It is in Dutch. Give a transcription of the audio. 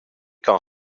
kan